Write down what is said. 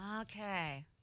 okay